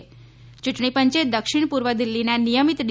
યૂંટણી પંચે દિક્ષિણ પૂર્વે દિલ્હીના નિયમિત ડી